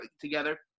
together